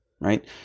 right